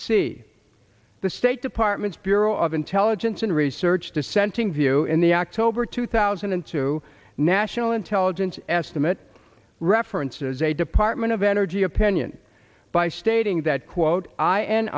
see the state department's bureau of intelligence and research dissenting view in the october two thousand and two national intelligence estimate referenced as a department of energy opinion by stating that quote i